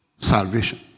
salvation